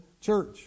church